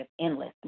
endless